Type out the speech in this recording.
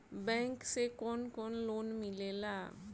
Bank से कौन कौन लोन मिलेला?